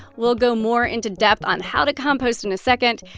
we'll go more into depth on how to compost in a second.